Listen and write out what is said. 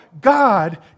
God